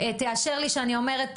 תאשר לי שאני אומרת,